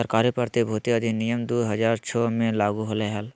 सरकारी प्रतिभूति अधिनियम दु हज़ार छो मे लागू होलय हल